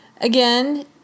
again